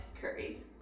Curry